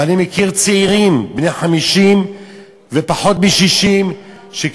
אני מכיר צעירים בני 50 ופחות מ-60 שקיבלו